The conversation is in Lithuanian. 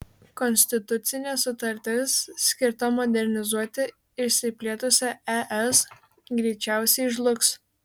konstitucinė sutartis skirta modernizuoti išsiplėtusią es greičiausiai žlugs